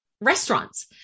restaurants